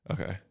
Okay